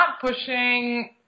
pushing